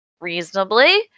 reasonably